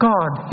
God